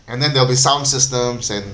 and then there will be soound systems and